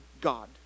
God